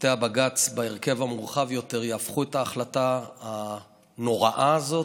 שופטי בג"ץ בהרכב המורחב יותר יהפכו את ההחלטה הנוראה הזאת,